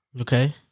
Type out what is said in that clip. Okay